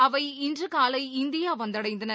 அவை இன்று காலை இந்தியா வந்தடைந்தன